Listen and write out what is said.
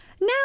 Now